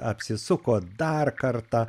apsisuko dar kartą